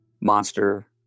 monster